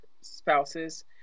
spouses